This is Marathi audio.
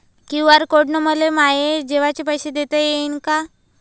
क्यू.आर कोड न मले माये जेवाचे पैसे देता येईन का?